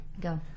go